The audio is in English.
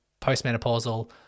postmenopausal